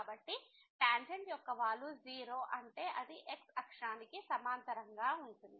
కాబట్టి టాంజెంట్ యొక్క వాలు 0 అంటే అది x అక్షానికి సమాంతరంగా ఉంటుంది